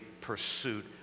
pursuit